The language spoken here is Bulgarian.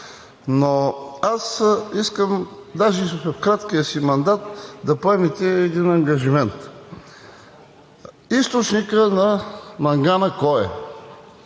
Но аз искам, даже и в краткия си мандат, да поемете един ангажимент. Източникът на мангана кой